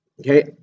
okay